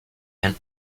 and